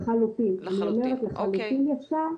לחלוטין אפשר.